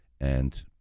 and-